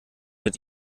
mit